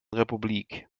republik